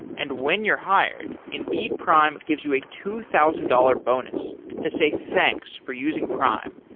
and when you're hired, indeed prime gives you a two thousand dollars bonus to say thanks for using prime.